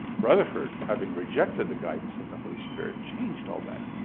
rutherford, having rejected the guidance of the holy spirit, changed all that.